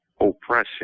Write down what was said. oppression